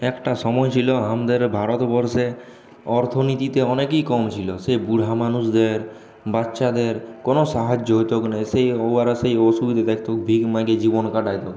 একটা সময় ছিল আমাদের ভারতবর্ষে অর্থনীতিতে অনেকই কম ছিল সেই বুড়ো মানুষদের বাচ্চাদের কোন সাহায্য হতো না সেই ওরা সেই ওষুধ নাকি জীবন কাটাতো